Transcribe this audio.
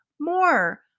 more